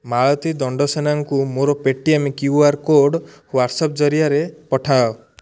ମାଳତୀ ଦଣ୍ଡସେନାଙ୍କୁ ମୋର Paytm Q R code WhatsApp ଜରିଆରେ ପଠାଅ